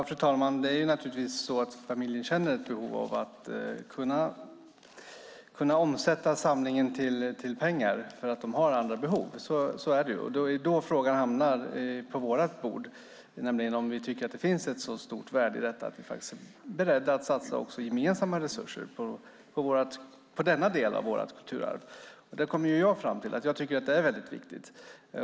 Fru talman! Familjen känner naturligtvis ett behov av att omsätta samlingen till pengar eftersom de har andra behov; så är det. Det är då frågan hamnar på vårt bord. Tycker vi att det finns ett så stort värde i detta att vi är beredda att satsa också gemensamma resurser på denna del av vårt kulturarv? Jag kommer fram till att jag tycker att det är viktigt.